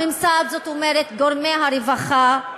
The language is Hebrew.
הממסד, זאת אומרת גורמי הרווחה,